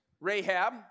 Rahab